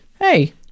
Hey